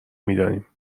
میدانیم